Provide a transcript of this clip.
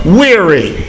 weary